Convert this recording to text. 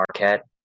Marquette